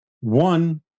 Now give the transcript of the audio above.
One